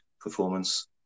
performance